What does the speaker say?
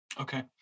Okay